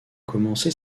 commencé